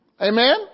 Amen